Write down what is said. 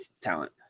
talent